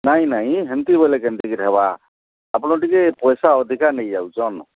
ନାହିଁ ନାହିଁ ହେମିତି ବୋଇଲେ କେମିତି କରି ହେବା ଆପଣ ଟିକେ ପଇସା ଅଧିକା ନେଇ ଯାଉଛନ୍